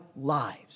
lives